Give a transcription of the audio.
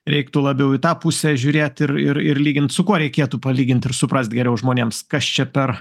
reiktų labiau į tą pusę žiūrėti ir ir ir lygint su kuo reikėtų palygint ir suprast geriau žmonėms kas čia per